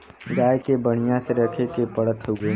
गाय के बढ़िया से रखे के पड़त हउवे